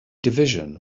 division